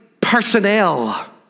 personnel